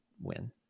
win